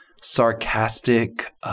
sarcastic –